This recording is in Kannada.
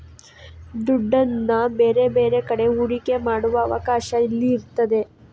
ದುಡ್ಡನ್ನ ಬೇರೆ ಬೇರೆ ಕಡೆ ಹೂಡಿಕೆ ಮಾಡುವ ಅವಕಾಶ ಇಲ್ಲಿ ಇರ್ತದೆ